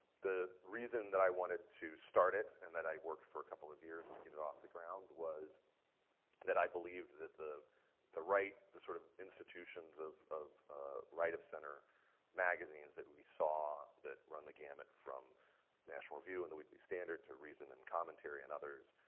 the reason that i wanted to start it and that i worked for a couple of years to get it off the ground was that i believed that the the right, the sort of institutions of of right of center magazines that we saw that run the gamut from national review and the weekly standard to reason and commentary and others,